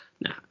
Now